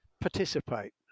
participate